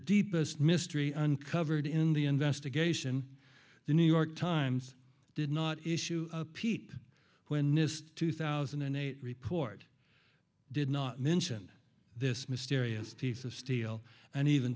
deepest mystery uncovered in the investigation the new york times did not issue a peep when nist two thousand and eight report did not mention this mysterious piece of steel and even